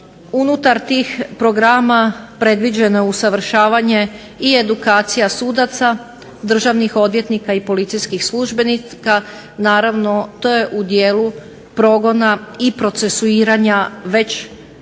Unutar tih programa predviđeno je usavršavanje i edukacija sudaca, državnih odvjetnika i policijskih službenika. Naravno, to je u dijelu progona i procesuiranja već